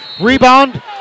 Rebound